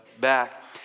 back